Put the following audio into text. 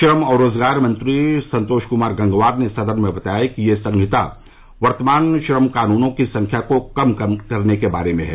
श्रम और रोजगार मंत्री संतोष कुमार गंगवार ने सदन में बताया कि यह संहिता वर्तमान श्रम कानूनों की संख्या को कम करने के बारे में है